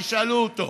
תשאלו אותו,